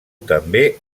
també